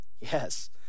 Yes